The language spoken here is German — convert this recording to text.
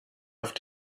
auf